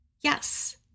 Yes